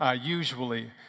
usually